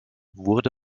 wurde